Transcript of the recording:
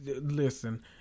listen